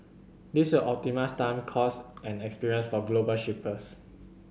this will optimise time cost and experience for global shippers